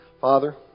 Father